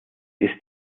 ist